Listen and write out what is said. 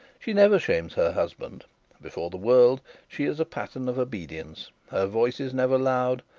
she never shames her husband before the world she is a pattern of obedience her voice is never loud,